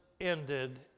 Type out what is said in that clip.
ended